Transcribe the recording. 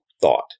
thought